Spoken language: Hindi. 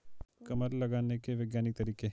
कमल लगाने के वैज्ञानिक तरीके बताएं?